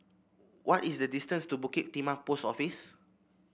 what is the distance to Bukit Timah Post Office